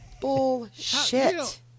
Bullshit